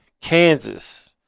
Kansas